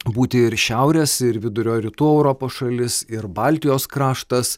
būti ir šiaurės ir vidurio rytų europos šalis ir baltijos kraštas